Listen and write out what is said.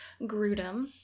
Grudem